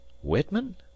whitman